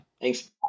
Thanks